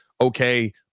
okay